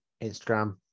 Instagram